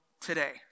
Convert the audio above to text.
today